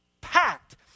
Packed